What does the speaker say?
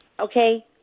Okay